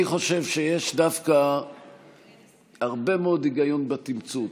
אני חושב שיש דווקא הרבה מאוד היגיון בתמצות.